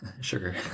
Sugar